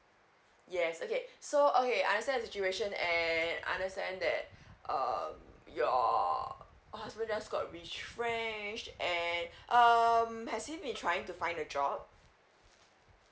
yes okay so okay I understand the situation and I understand that um your husband just got retrenched and um has he been trying to find a job